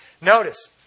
Notice